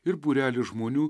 ir būrelį žmonių